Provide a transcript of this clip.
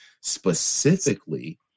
specifically